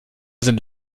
sind